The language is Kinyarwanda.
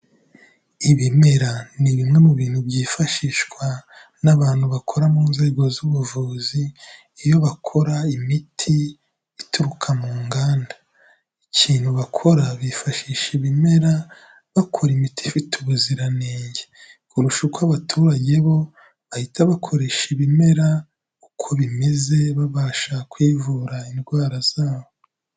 Ibimera ni bimwe mu bintu byifashishwa n'abantu bakora mu nzego z'ubuvuzi, iyo bakora imiti ituruka mu nganda. Ikintu bakora, bifashisha ibimera, bakora imiti ifite ubuziranenge. Kurusha uko abaturage bo, bahita bakoresha ibimera uko bimeze, babasha kwivura indwara zabo.